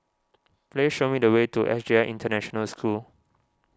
please show me the way to S J I International School